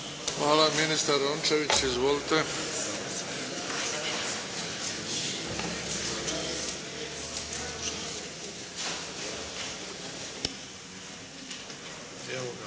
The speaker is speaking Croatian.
Hvala. Ministar Rončević izvolite.